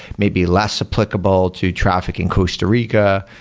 may be less applicable to traffic in costa rica.